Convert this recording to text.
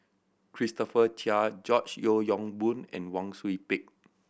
Christopher Chia George Yeo Yong Boon and Wang Sui Pick